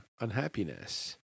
unhappiness